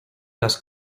las